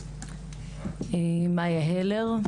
אני מאיה הלר,